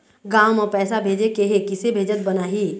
गांव म पैसे भेजेके हे, किसे भेजत बनाहि?